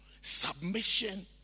submission